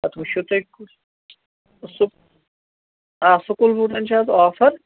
پَتہٕ وُچھِو تُہۍ کُس کُسوٗ آ سکوٗل بوٗٹَن چھِ اَز آف حظ